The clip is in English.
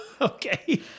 Okay